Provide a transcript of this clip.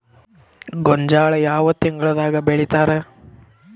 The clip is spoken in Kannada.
ಗೋಂಜಾಳ ಯಾವ ತಿಂಗಳದಾಗ್ ಬೆಳಿತಾರ?